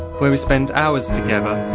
where we spend hours together,